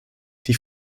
die